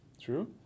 True